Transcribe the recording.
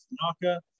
Tanaka